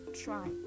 try